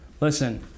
Listen